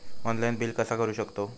Online bill कसा करु शकतव?